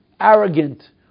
arrogant